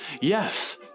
Yes